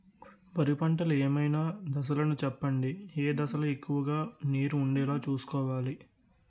వరిలో పంటలు ఏమైన దశ లను చెప్పండి? ఏ దశ లొ ఎక్కువుగా నీరు వుండేలా చుస్కోవలి?